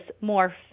more